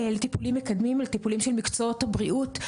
לטיפולים מקדמים, טיפולים של מקצועות הבריאות.